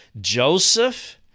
Joseph